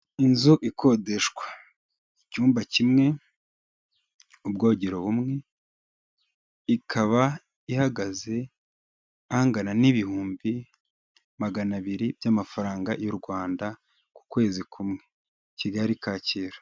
Inzu ikodeshwa icyumba kimwe, ubwogero bumwe, ikaba ihagaze angana n'ibihumbi magana abiri by'amafaranga y'u Rwanda ku kwezi kumwe, Kigali Kacyiru.